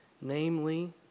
namely